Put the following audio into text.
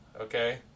Okay